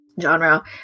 genre